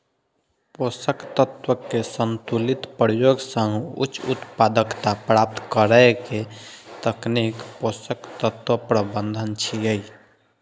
पोषक तत्व के संतुलित प्रयोग सं उच्च उत्पादकता प्राप्त करै के तकनीक पोषक तत्व प्रबंधन छियै